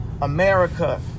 America